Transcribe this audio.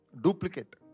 duplicate